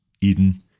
Eden